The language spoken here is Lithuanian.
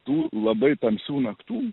tų labai tamsių naktų